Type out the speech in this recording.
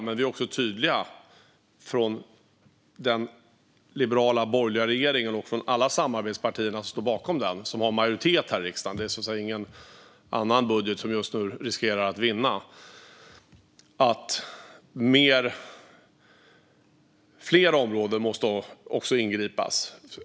Men den liberala, borgerliga regeringen med samarbetsparti, som har majoritet i riksdagen och för sin budget, är också tydlig med att fler områden måste omfattas.